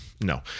no